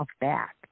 back